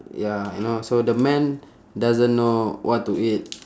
ya you know so the man doesn't know what to eat